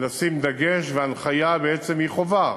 לשים דגש, וההנחיה היא בעצם חובה,